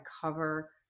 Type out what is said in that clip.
cover